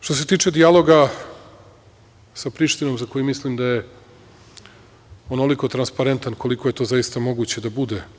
Što se tiče dijaloga sa Prištinom, za koji mislim da je onoliko transparentan koliko je to zaista moguće da bude.